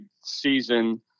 season